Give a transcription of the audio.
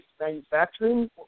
manufacturing